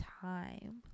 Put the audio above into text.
time